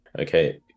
okay